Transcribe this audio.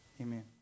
Amen